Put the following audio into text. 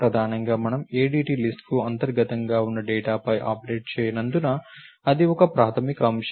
ప్రధానంగా మనము ADT list కు అంతర్గతంగా ఉన్న డేటాపై ఆపరేట్ చేయనందున అది ఒక ప్రాథమిక అంశం